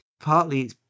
Partly